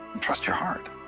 and trust your heart.